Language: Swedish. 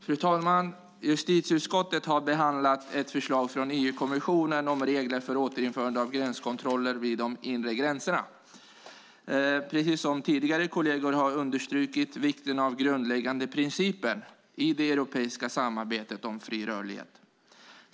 Fru talman! Justitieutskottet har behandlat ett förslag från EU-kommissionen om regler för återinförande av gränskontroller vid de inre gränserna. Precis som tidigare talare och kolleger understryker jag vikten av den grundläggande principen om fri rörlighet i det europeiska samarbetet.